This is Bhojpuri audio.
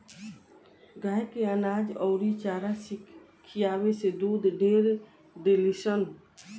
गाय के अनाज अउरी चारा खियावे से दूध ढेर देलीसन